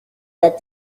that